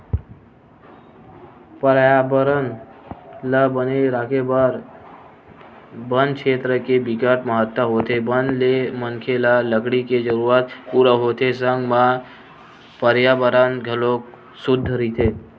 परयाबरन ल बने राखे बर बन छेत्र के बिकट महत्ता होथे बन ले मनखे ल लकड़ी के जरूरत पूरा होथे संग म परयाबरन घलोक सुद्ध रहिथे